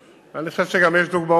אני אומר לך מה היתה עמדתי.